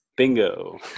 Bingo